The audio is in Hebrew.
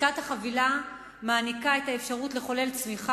עסקת החבילה מעניקה את האפשרות לחולל צמיחה